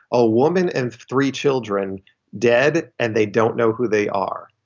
a woman and three children dead and they don't know who they are.